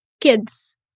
kids